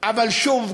אבל שוב,